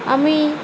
আমি